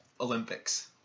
Olympics